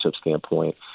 standpoint